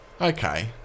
Okay